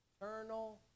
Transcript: eternal